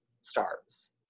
stars